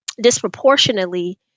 disproportionately